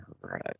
right